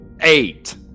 Eight